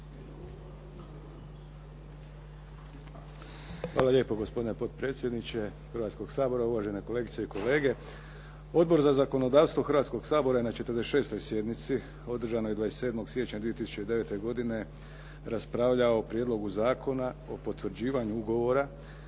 Hvala lijepo gospodine potpredsjedniče Hrvatskog sabora. Uvažene kolegice i kolege. Odbor za zakonodavstvo Hrvatskog sabora je na 46. sjednici održanoj 27. siječnja 2009. godine raspravljao o Prijedlogu Zakona o potvrđivanju Ugovora